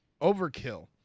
overkill